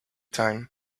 time